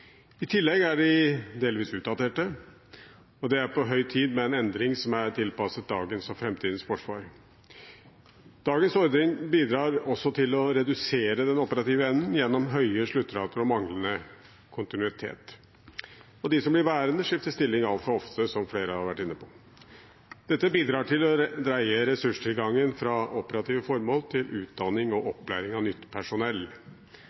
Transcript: I tillegg er de delvis utdaterte, og det er på høy tid med en endring som er tilpasset dagens og framtidens forsvar. Dagens ordning bidrar også til å redusere den operative evnen gjennom høye sluttrater og manglende kontinuitet. De som blir værende, skifter stilling altfor ofte, som flere har vært inne på. Dette bidrar til å dreie ressurstilgangen fra operative formål til utdanning og opplæring av nytt personell.